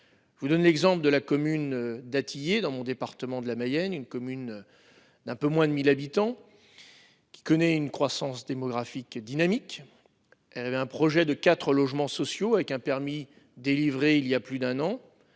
Vous donne l'exemple de la commune d'appuyer dans mon département de la Mayenne, une commune. D'un peu moins de 1000 habitants. Qui connaît une croissance démographique dynamique. Elle avait un projet de 4 logements sociaux avec un permis délivré, il y a plus d'un an.